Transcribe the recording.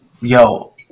Yo